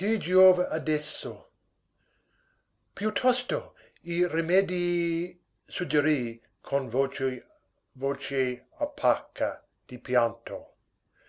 giova adesso piuttosto i rimedii suggerì con voce opaca di pianto